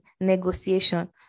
negotiation